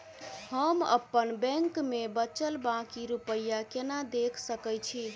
हम अप्पन बैंक मे बचल बाकी रुपया केना देख सकय छी?